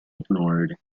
ignored